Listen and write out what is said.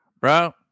bro